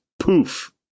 poof